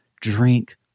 Drink